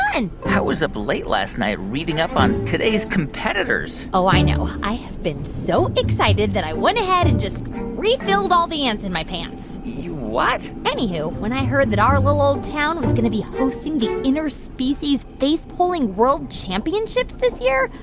and i was up late last night reading up on today's competitors oh, i know. i have been so excited that i went ahead and just refilled all the ants in my pants you what? anywho, when i heard that our little old town was going to be hosting the interspecies face pulling world championships this year,